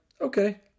okay